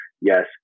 yes